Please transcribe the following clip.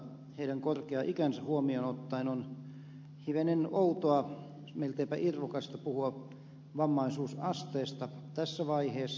heidän korkea ikänsä huomioon ottaen on hivenen outoa milteipä irvokasta puhua vammaisuusasteesta tässä vaiheessa